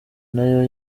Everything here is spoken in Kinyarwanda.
nayo